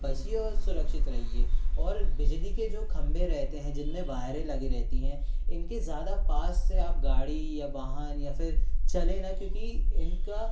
बचिए और सुरक्षित रहिए और बिजली के जो खंबे रहते हैं जिनमें वायरें लगी रहती हैं इनके ज़्यादा पास से आप गाड़ी या वाहन या फिर चलें ना क्योंकि इनका